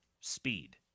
speed